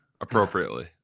appropriately